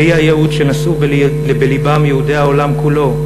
והיא הייעוד שנשאו בלבם יהודי העולם כולו,